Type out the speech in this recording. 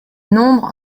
nombre